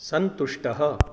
सन्तुष्टः